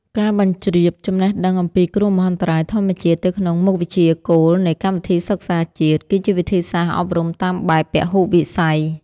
ការបញ្ជ្រាបចំណេះដឹងអំពីគ្រោះមហន្តរាយធម្មជាតិទៅក្នុងមុខវិជ្ជាគោលនៃកម្មវិធីសិក្សាជាតិ គឺជាវិធីសាស្ត្រអប់រំតាមបែបពហុវិស័យ។